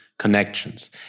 connections